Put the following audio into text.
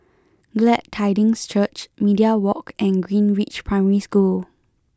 Glad Tidings Church Media Walk and Greenridge Primary School